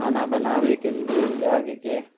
खाना बनाबैके लेल आगेके